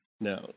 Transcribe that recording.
No